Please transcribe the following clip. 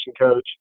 coach